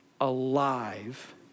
alive